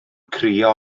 crio